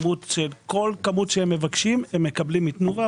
כל כמות שהם מבקשים הם מקבלים מתנובה,